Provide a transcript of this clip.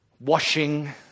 washing